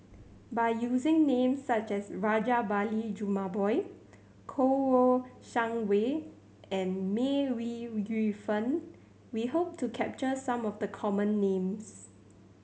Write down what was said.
by using names such as Rajabali Jumabhoy Kouo Shang Wei and May Ooi Yu Fen we hope to capture some of the common names